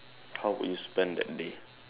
how would you spend that day